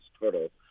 total